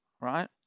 right